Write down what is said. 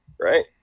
Right